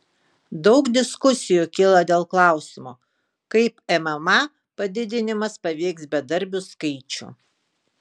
daug diskusijų kyla dėl klausimo kaip mma padidinimas paveiks bedarbių skaičių